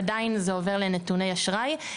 עדיין זה עובר לנתוני אשראי,